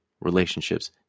relationships